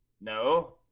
No